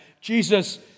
Jesus